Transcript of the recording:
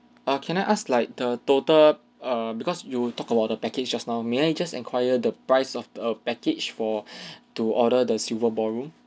uh can I ask like the total err because you talk about the package just now may I just enquire the price of a package for to order the silver ballroom